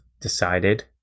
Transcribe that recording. decided